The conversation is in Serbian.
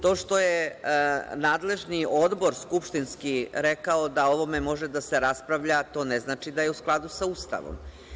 To što je nadležni odbor skupštinski rekao da o ovome može da se raspravlja, to ne znači da je u skladu sa Ustavom.